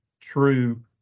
true